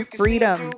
freedom